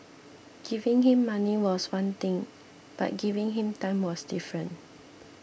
giving him money was one thing but giving him time was different